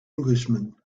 englishman